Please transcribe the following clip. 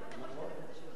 וחוק השבות